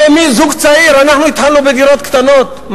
הרי זוג צעיר, אנחנו התחלנו בדירות קטנות.